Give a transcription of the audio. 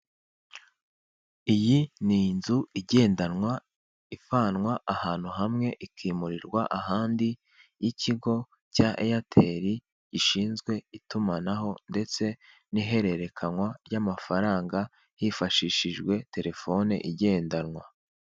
Iyi ni inzu igendanwa ivanwa ahantu hamwe ikimurirwa ahandi y'ikigo cya eyateri gishinzwe itumanaho ndetse n'ihererekenywa ry'amafaranga hifashishijwe terefone igendanwa.